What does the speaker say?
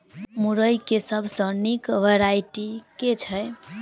मुरई केँ सबसँ निक वैरायटी केँ छै?